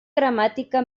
gramàtica